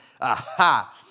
Aha